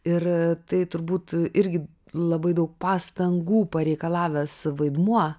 ir tai turbūt irgi labai daug pastangų pareikalavęs vaidmuo